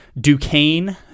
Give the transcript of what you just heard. Duquesne